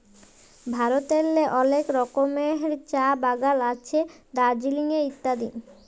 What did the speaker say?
ভারতেল্লে অলেক রকমের চাঁ বাগাল আছে দার্জিলিংয়ে ইত্যাদি